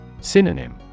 Synonym